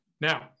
now